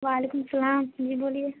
وعلیکم السلام جی بولیے